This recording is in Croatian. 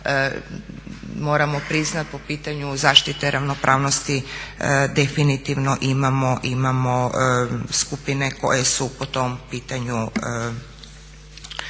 moramo priznati po pitanju zaštite ravnopravnosti definitivno imamo skupine koje su po tom pitanju